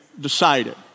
Decided